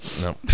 No